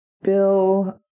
Bill